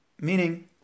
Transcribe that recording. Meaning